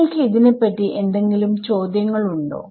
നിങ്ങൾക്ക് ഇതിനെ പറ്റി എന്തെങ്കിലും ചോദ്യങ്ങൾ ഉണ്ടോ